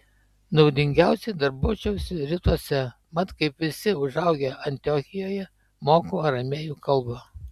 naudingiausiai darbuočiausi rytuose mat kaip visi užaugę antiochijoje moku aramėjų kalbą